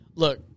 Look